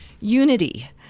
unity